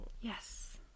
Yes